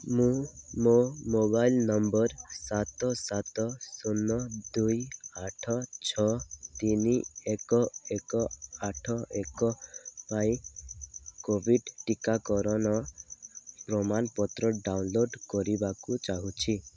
ମୁଁ ମୋ mobile number ସାତ ସାତ ଶୂନ ଦୁଇ ଆଠ ଛଅ ତିନି ଏକ ଏକ ଆଠ ଏକ ପାଇଁ କୋଭିଡ଼୍ ଟିକାକରଣ ପ୍ରମାଣପତ୍ର ଡାଉନଲୋଡ଼୍ କରିବାକୁ ଚାହୁଁଛି